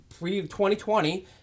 pre-2020